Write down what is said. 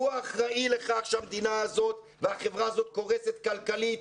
הוא האחראי לכך שהמדינה הזאת והחברה הזאת קורסת כלכלית,